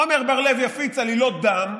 עומר בר לב יפיץ עלילות דם,